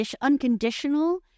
unconditional